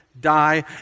die